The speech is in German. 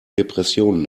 depressionen